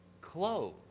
clothes